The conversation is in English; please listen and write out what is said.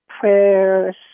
prayers